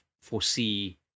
foresee